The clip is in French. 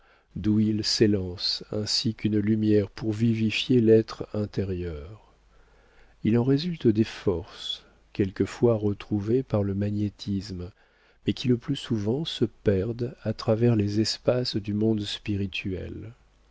d'où ils s'élancent ainsi qu'une lumière pour vivifier l'être intérieur il en résulte des forces quelquefois retrouvées par le magnétisme mais qui le plus souvent se perdent à travers les espaces du monde spirituel